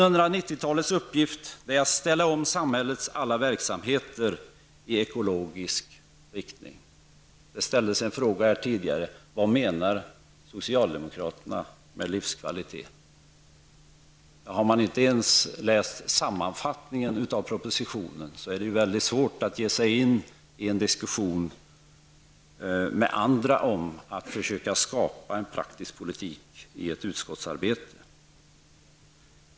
90-talets uppgift är att ställa om samhällets alla verksamheter i ekologisk riktning. Det ställdes en fråga här tidigare: Vad menar socialdemokraterna med livskvalitet? Har man inte ens läst sammanfattningen av propositionen, är det ju väldigt svårt att i ett utskottsarbete ge sig in i diskussion med andra om att försöka skapa en praktisk politik.